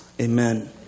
Amen